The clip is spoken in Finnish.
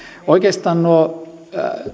oikeastaan nuo